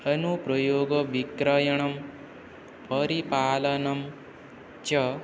अनुप्रयोगविक्रयणं परिपालनं च